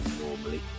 normally